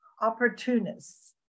opportunists